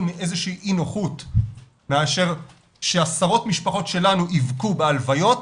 מאיזושהי אי נוחות מאשר שעשרות משפחות שלנו יבכו בהלוויות,